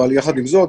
יחד עם זאת,